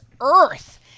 earth